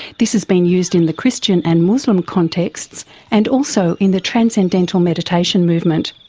this has been used in the christian and muslim contexts and also in the transcendental meditation movement.